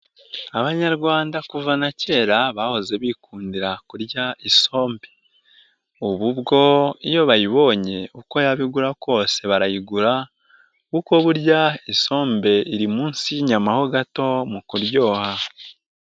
Abanyarwanda kuva na kera bahoze bikundira kurya isombe, ubu bwo iyo bayibonye uko yaba igura kose barayigura kuko burya isombe iri munsi y'inyama ho gato mu kuryoha.